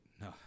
No